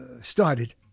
started